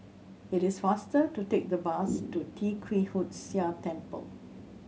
it is faster to take the bus to Tee Kwee Hood Sia Temple